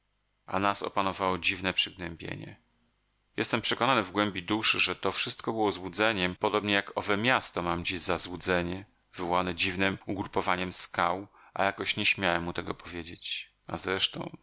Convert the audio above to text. nas opanowało dziwne przygnębienie jestem przekonany w głębi duszy że to wszystko było złudzeniem podobnie jak owe miasto mam dziś za złudzenie wywołane dziwnem ugrupowaniem skał a jakoś nie śmiałem mu tego powiedzieć a zresztą